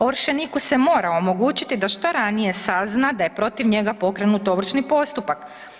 Ovršeniku se mora omogućiti da ranije sazna da je protiv njega pokrenut ovršni postupak.